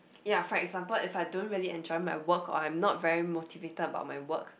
yea for example if I don't really enjoy my work or I am not very motivated about my work